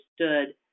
understood